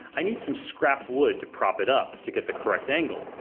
i need some scrap wood to prop it up to get the correct angle.